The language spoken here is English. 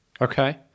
Okay